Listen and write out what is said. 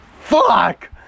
Fuck